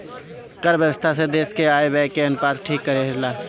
कर व्यवस्था से देस के आय व्यय के अनुपात ठीक रहेला